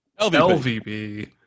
LVB